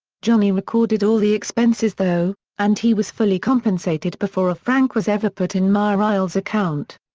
johnny recorded all the expenses though, and he was fully compensated before a franc was ever put in mireille's account.